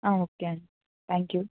okay అండి thank you